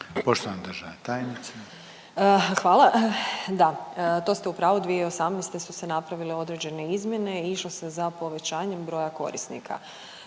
**Josić, Željka (HDZ)** Hvala. Da. To ste u pravu. 2018. su se napravile određene izmjene i išlo se za povećanjem broja korisnika.